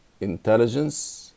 intelligence